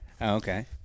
okay